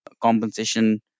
compensation